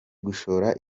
gushora